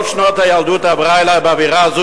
כל שנות הילדות עברו עלי באווירה הזאת